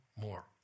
more